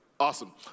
Awesome